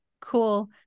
Cool